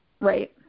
right